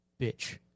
bitch